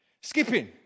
Skipping